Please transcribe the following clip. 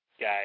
guy